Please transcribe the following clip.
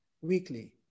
weekly